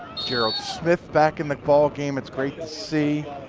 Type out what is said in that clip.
gerald smith back in the ball game. it's great see,